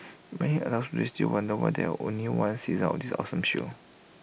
many adults still wonder why there only one season of this awesome show